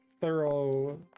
thorough